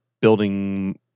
building –